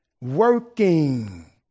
working